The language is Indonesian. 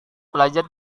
belajar